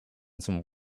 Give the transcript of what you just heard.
some